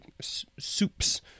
soups